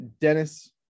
Dennis